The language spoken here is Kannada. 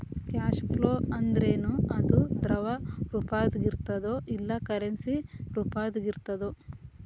ಕ್ಯಾಷ್ ಫ್ಲೋ ಅಂದ್ರೇನು? ಅದು ದ್ರವ ರೂಪ್ದಾಗಿರ್ತದೊ ಇಲ್ಲಾ ಕರೆನ್ಸಿ ರೂಪ್ದಾಗಿರ್ತದೊ?